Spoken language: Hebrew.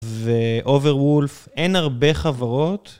ו-overwolf, אין הרבה חברות